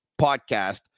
podcast